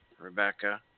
Rebecca